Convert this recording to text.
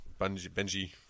Benji